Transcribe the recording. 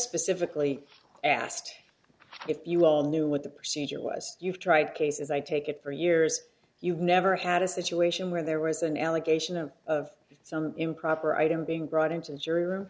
specifically asked if you all knew what the procedure was you've tried cases i take it for years you've never had a situation where there was an allegation of some improper item being brought into the jury room